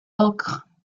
ocre